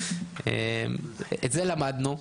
את זה למדנו,